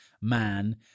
man